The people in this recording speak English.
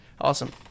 Awesome